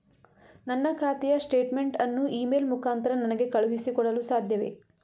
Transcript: ನನ್ನ ಖಾತೆಯ ಸ್ಟೇಟ್ಮೆಂಟ್ ಅನ್ನು ಇ ಮೇಲ್ ಮುಖಾಂತರ ನನಗೆ ಕಳುಹಿಸಿ ಕೊಡಲು ಸಾಧ್ಯವೇ?